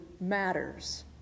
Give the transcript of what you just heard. matters